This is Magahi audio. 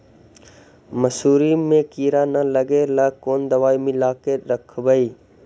मसुरी मे किड़ा न लगे ल कोन दवाई मिला के रखबई?